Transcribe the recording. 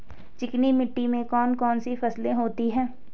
चिकनी मिट्टी में कौन कौन सी फसलें होती हैं?